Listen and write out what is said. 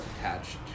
Attached